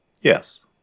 Yes